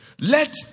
Let